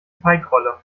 teigrolle